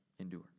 endure